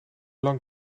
lang